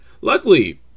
luckily